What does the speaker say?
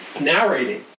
narrating